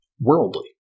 worldly